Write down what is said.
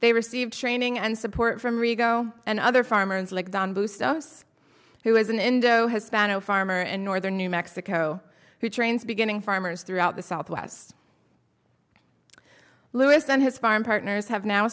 they receive training and support from rigo and other farmers like don boost us who is an endo hispanic farmer in northern new mexico who trains beginning farmers throughout the southwest lewis and his farm partners have now